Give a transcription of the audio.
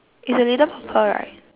it's a little purple right